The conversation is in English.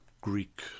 Greek